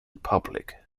public